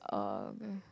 oh okay